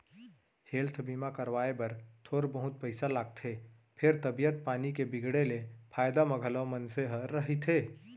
health बीमा करवाए बर थोर बहुत पइसा लागथे फेर तबीयत पानी के बिगड़े ले फायदा म घलौ मनसे ह रहिथे